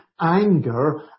anger